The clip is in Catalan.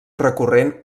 recorrent